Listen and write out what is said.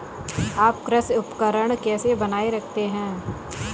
आप कृषि उपकरण कैसे बनाए रखते हैं?